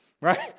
right